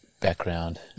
Background